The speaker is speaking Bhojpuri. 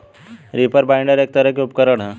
रीपर बाइंडर एक तरह के उपकरण ह